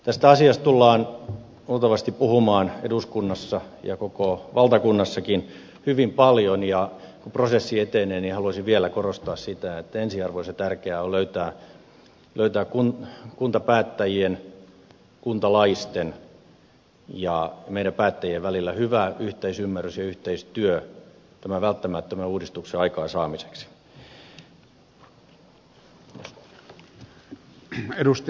tästä asiasta tullaan luultavasti puhumaan eduskunnassa ja koko valtakunnassakin hyvin paljon ja kun prosessi etenee haluaisin vielä korostaa sitä että ensiarvoisen tärkeää on löytää kuntapäättäjien kuntalaisten ja meidän päättäjien välille hyvä yhteisymmärrys ja yhteistyö tämän välttämättömän uudistuksen aikaansaamiseksi